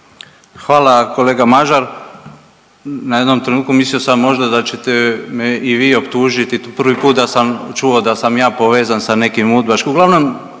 Hvala kolega Mažar. Na jednom trenutku mislio sam možda da ćete me i vi optužiti, prvi put da sam čuo da sam ja povezan sa nekim udbaškim,